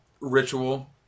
Ritual